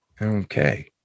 Okay